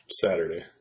Saturday